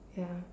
ya